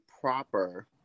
proper